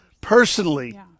personally